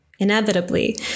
Inevitably